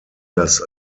das